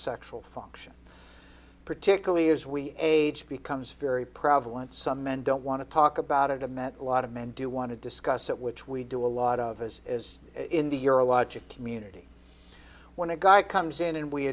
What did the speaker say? sexual function particularly as we age becomes very proud once some men don't want to talk about it i've met a lot of men do want to discuss that which we do a lot of as as in the urologic community when a guy comes in and we